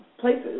places